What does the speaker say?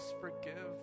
forgive